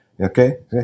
Okay